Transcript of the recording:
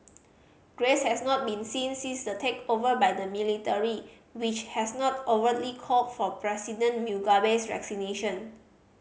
grace has not been seen since the takeover by the military which has not overtly called for President Mugabe's